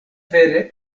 vere